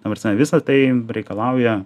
ta prasme visa tai reikalauja